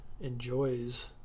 enjoys